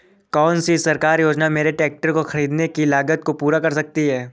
कौन सी सरकारी योजना मेरे ट्रैक्टर को ख़रीदने की लागत को पूरा कर सकती है?